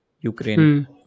Ukraine